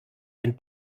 den